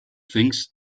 things